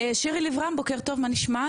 שירי לב רן, בוקר טוב, מה נשמע?